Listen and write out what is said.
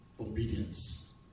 obedience